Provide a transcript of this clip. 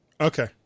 Okay